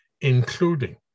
including